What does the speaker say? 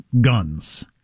guns